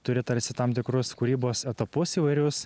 turi tarsi tam tikrus kūrybos etapus įvairius